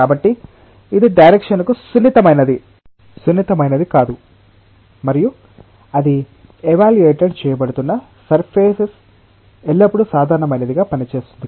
కాబట్టి ఇది డైరెక్షన్ కు సున్నితమైనది కాదు మరియు అది ఏవాల్వుయేటెడ్ చేయబడుతున్న సర్ఫేస్పై ఎల్లప్పుడూ సాధారణమైనదిగా పనిచేస్తుంది